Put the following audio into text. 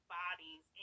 bodies